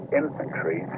infantry